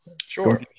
Sure